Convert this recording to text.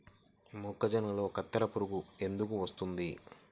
మొక్కజొన్నలో కత్తెర పురుగు ఎందుకు వస్తుంది?